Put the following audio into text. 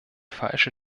falsche